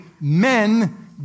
men